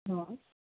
હ